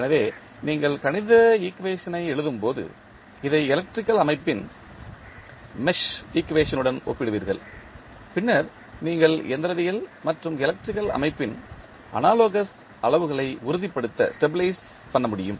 எனவே நீங்கள் கணித ஈக்குவேஷன் ஐ எழுதும்போது இதை எலக்ட்ரிக்கல் அமைப்பின் மெஷ் ஈக்குவேஷன் உடன் ஒப்பிடுவீர்கள் பின்னர் நீங்கள் இயந்திரவியல் மற்றும் எலக்ட்ரிக்கல் அமைப்பின் அனாலோகஸ் அளவுகளை உறுதிப்படுத்த முடியும்